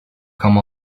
come